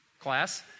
Class